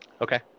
Okay